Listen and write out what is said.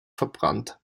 verbrannt